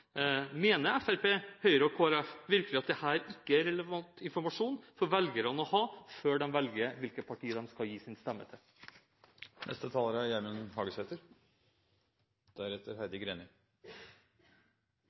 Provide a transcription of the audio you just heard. Mener Fremskrittspartiet, Høyre og Kristelig Folkeparti virkelig at dette ikke er relevant informasjon for velgerne før de velger hvilket parti de skal gi sin stemme